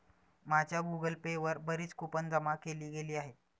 माझ्या Google Pay वर बरीच कूपन जमा केली गेली आहेत